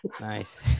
Nice